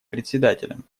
председателям